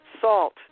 Salt